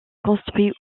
construit